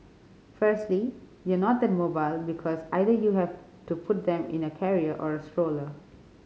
firstly you're not that mobile because either you have to put them in a carrier or a stroller